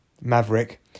Maverick